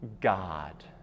God